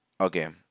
Okay